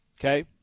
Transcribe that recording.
Okay